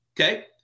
okay